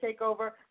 takeover